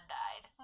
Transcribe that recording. died